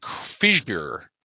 figure